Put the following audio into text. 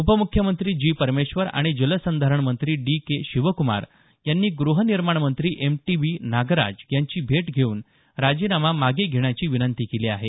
उपमुख्यमंत्री जी परमेश्वर आणि जलसंधारण मंत्री डी के शिवक्मार यांनी ग्रहनिर्माण मंत्री एम टी बी नागराज यांची भेट घेऊन राजीनामा मागे घेण्याची विनंती केली आहे